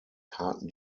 taten